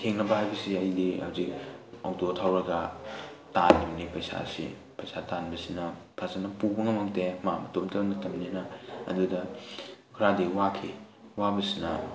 ꯊꯦꯡꯅꯕ ꯍꯥꯏꯕꯁꯤ ꯑꯩꯗꯤ ꯍꯧꯖꯤꯛ ꯑꯣꯇꯣ ꯊꯧꯔꯒ ꯇꯥꯜꯂꯤꯕꯅꯤ ꯄꯩꯁꯥꯁꯤ ꯄꯩꯁꯥ ꯇꯥꯟꯕꯁꯤꯅ ꯐꯖꯅ ꯄꯨꯕ ꯉꯝꯃꯝꯗꯦ ꯃꯥ ꯃꯇꯣꯝꯇ ꯅꯠꯇꯕꯅꯤꯅ ꯑꯗꯨꯗ ꯈꯔꯗꯤ ꯋꯥꯈꯤ ꯋꯥꯕꯁꯤꯅ